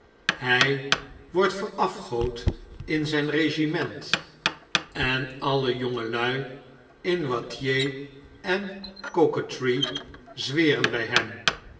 hij wordt verafgood in zijn regiment en alle jongelui in wattier en in de cocoa tree zweren bij hem